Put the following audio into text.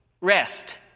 rest